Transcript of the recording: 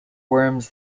worms